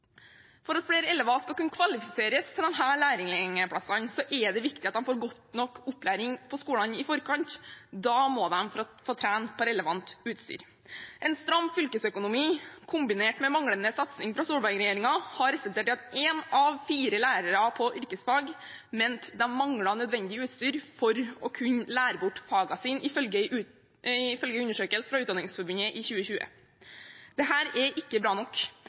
For at flere elever skal kunne kvalifiseres til disse lærlingplassene, er det viktig at de får god nok opplæring på skolene i forkant. Da må de få trene på relevant utstyr. En stram fylkesøkonomi kombinert med manglende satsing fra Solberg-regjeringen har resultert i at én av fire lærere på yrkesfag mente de manglet nødvendig utstyr for å kunne lære bort fagene sine, ifølge en undersøkelse fra Utdanningsforbundet i 2020. Dette er ikke bra nok.